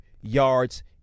yards